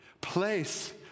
place